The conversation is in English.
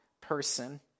person